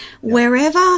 Wherever